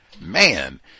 man